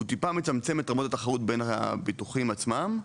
הוא טיפה מצמצם את רמות התחרות בין הביטוחים עצמם,